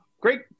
Great